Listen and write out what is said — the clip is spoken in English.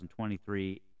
2023